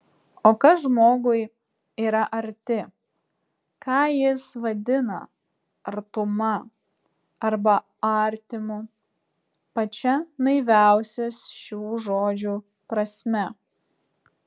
o kas žmogui yra arti ką jis vadina artuma arba artimu pačia naiviausia šių žodžių prasme